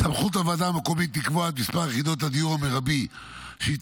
סמכות הוועדה המקומית לקבוע את מספר יחידות הדיור המרבי שהיא